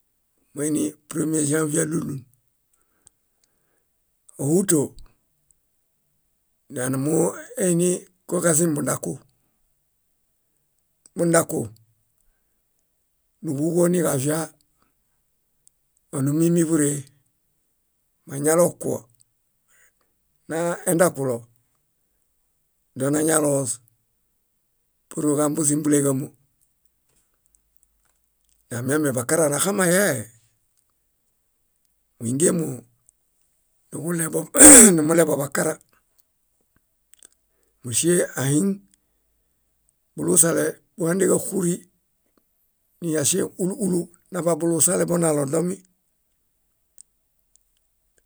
. Moini prémie ĵãvie álulum. Óhuto, nanumueinikoġazimbundaku. Bundaku níġuġo niġavia oɭumuimi búree. Mañalokuo, naendakulo, donañaloos purġambuzim búleġamo. Namiamebakara naxamayae. Múingemoo, nuġuɭebo, hũhũ, numuɭeboḃakara. Múŝie ahiŋ bulusale búhandeġaxuri. Niyaŝeŋ úlu úlu naḃabulusale bonalodomi.